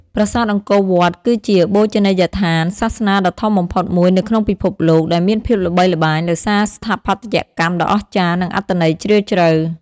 ប្រាសាទអង្គរវត្ត គឺជាបូជនីយដ្ឋានសាសនាដ៏ធំបំផុតមួយនៅក្នុងពិភពលោក ដែលមានភាពល្បីល្បាញដោយសារស្ថាបត្យកម្មដ៏អស្ចារ្យ និងអត្ថន័យជ្រាលជ្រៅ។